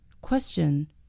Question